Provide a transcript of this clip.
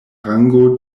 rango